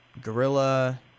gorilla